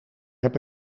heb